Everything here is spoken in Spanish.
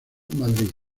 madrid